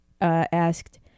asked